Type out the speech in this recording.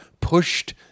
pushed